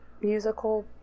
musical